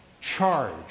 charge